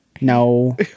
No